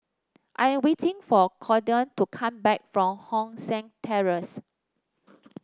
I am waiting for Cordie to come back from Hong San Terrace